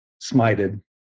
smited